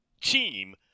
team